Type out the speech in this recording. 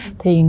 Thì